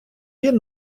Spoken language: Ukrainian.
він